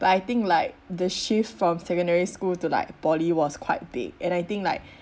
but I think like the shift from secondary school to like poly was quite big and I think like